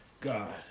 God